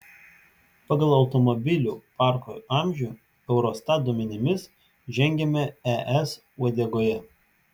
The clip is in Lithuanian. pagal automobilių parko amžių eurostat duomenimis žengiame es uodegoje